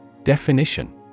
Definition